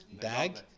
bag